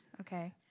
Okay